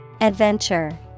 Adventure